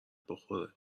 بخوره